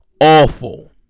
awful